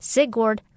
Sigurd